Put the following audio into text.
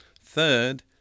Third